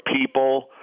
people